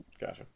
Gotcha